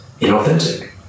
Inauthentic